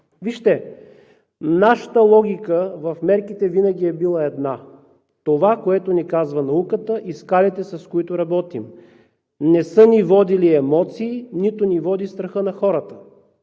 Вижте, нашата логика в мерките винаги е била една – това, което ни казва науката и скалите, с които работим. Не са ни водили емоции, нито ни води страхът на хората.